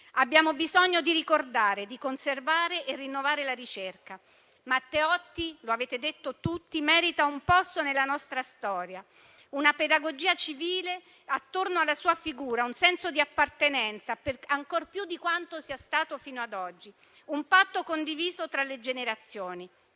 Abbiamo bisogno di ricordare, di conservare e rinnovare la ricerca. Matteotti - lo avete detto tutti - merita un posto nella nostra storia, una pedagogia civile attorno alla sua figura, un senso di appartenenza, ancor più di quanto sia stato fino ad oggi; un patto condiviso tra le generazioni.